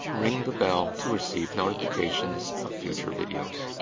ring the bell to receive notifications of future videos.